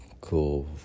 cool